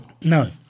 No